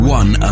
one